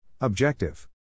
Objective